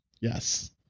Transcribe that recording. Yes